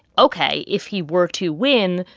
ok. if he were to win,